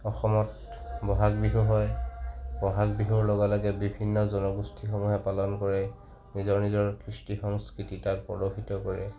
অসমত বহাগ বিহু হয় বহাগ বিহুৰ লগে লগে বিভিন্ন জনগোষ্ঠীসমূহে পালন কৰে নিজৰ নিজৰ কৃষ্টি সংস্কৃতি তাত প্ৰদৰ্শিত কৰে